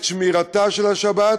את שמירתה של השבת,